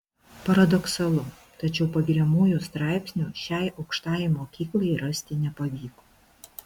paradoksalu tačiau pagiriamųjų straipsnių šiai aukštajai mokyklai rasti nepavyko